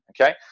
okay